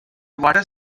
water